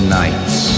night's